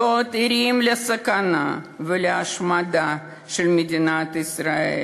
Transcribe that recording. להיות ערים לסכנה ולהשמדה של מדינת ישראל,